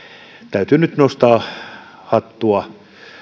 täytyy nyt nostaa hattua